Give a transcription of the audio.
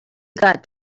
got